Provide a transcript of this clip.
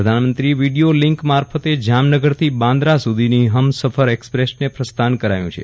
પ્રધાનમંત્રીએ video link મારફતે જામનગરથી બાંદ્રા સુધીની હમસફર એક્સપ્રેસને પ્રસ્થાન કરાવ્યું છે